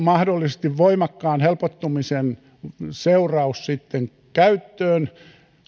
mahdollisesti voimakkaan saatavuuden helpottumisen seuraus käyttöön